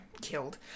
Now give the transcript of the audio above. killed